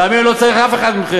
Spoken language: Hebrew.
תאמין לי, הוא לא צריך אף אחד מכם.